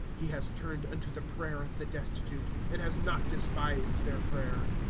he has turned unto the prayer of the destitute, and has not despised their prayer.